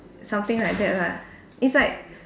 something like that lah it's like